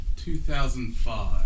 2005